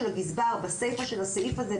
בסיפא של הסעיף הזה,